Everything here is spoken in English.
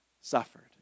suffered